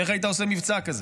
איך היית עושה מבצע כזה?